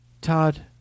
Todd